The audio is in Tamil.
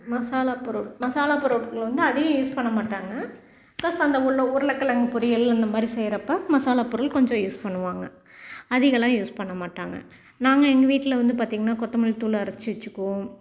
மசாலாப் பொருள் மசாலாப் பொருள்களை வந்து அதிகம் யூஸ் பண்ண மாட்டாங்க ப்ளஸ் அந்த ஊரில் உருளைக்கெளங்கு பொரியல் அந்த மாதிரி செய்கிறப்போ மசாலாப் பொருள் கொஞ்சம் யூஸ் பண்ணுவாங்க அதிகமாலாம் யூஸ் பண்ண மாட்டாங்க நாங்கள் எங்கள் வீட்டில் வந்து பார்த்திங்கன்னா கொத்தமல்லித்தூள் அரச்சு வச்சுக்குவோம்